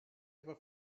ever